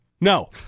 No